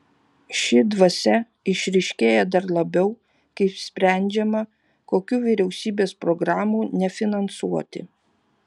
ši dvasia išryškėja dar labiau kai sprendžiama kokių vyriausybės programų nefinansuoti